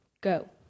go